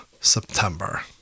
September